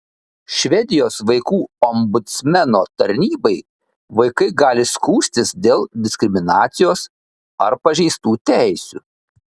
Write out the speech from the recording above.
švedijos vaikų ombudsmeno tarnybai vaikai gali skųstis dėl diskriminacijos ar pažeistų teisių